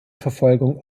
verfolgung